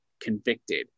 convicted